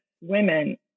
women